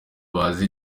bazi